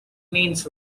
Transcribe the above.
means